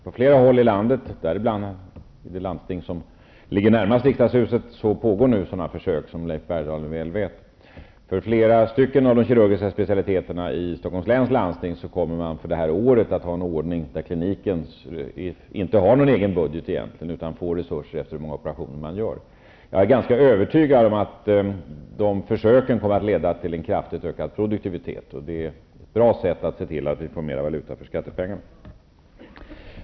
På flera håll i landet, bl.a. i det landsting som ligger närmast Riksdagshuset, pågår nu sådana försök, som Leif Bergdahl väl vet. För flera av de kirurgiska specialiteterna i Stockholms läns landsting kommer man detta år att ha en ordning där kliniken egentligen inte har någon egen budget, utan får resurser efter hur många operationer som genomförs. Jag är ganska övertygad om att de försöken kommer att leda till en kraftigt ökad produktivitet. Det är ett bra sätt att se till att vi får mer valuta för skattepengarna.